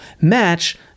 match